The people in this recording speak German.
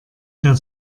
der